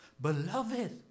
Beloved